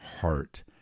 heart